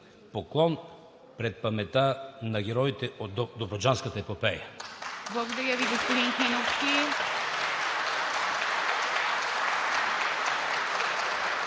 Поклон пред паметта на героите от Добруджанската епопея!